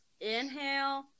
Inhale